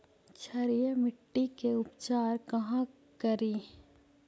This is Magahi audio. क्षारीय मिट्टी के उपचार कहा करी?